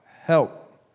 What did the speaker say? help